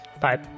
bye